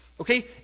Okay